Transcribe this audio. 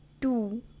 two